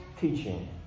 teaching